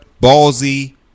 ballsy